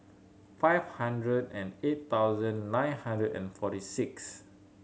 five hundred and eight thousand nine hundred and forty six